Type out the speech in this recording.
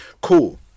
Cool